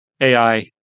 AI